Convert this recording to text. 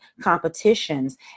competitions